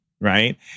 right